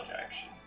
action